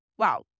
wow